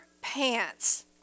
pants